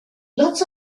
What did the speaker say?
lots